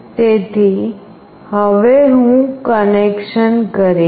તેથી હવે હું કનેક્શન કરીશ